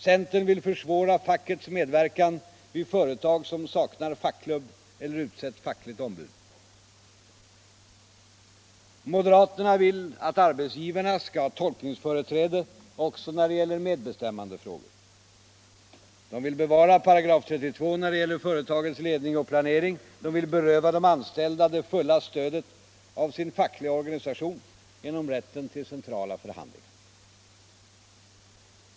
Centern vill försvåra fackets medverkan vid företag som saknar fackklubb eller utsett fackligt ombud. Moderaterna vill att arbetsgivarna skall ha tolkningsföreträde också när det gäller medbestämmandefrågor. De vill bevara § 32 när det gäller företagets ledning och planering. De vill beröva de anställda det fulla stödet av sin fackliga organisation genom rätten till centrala förhandlingar.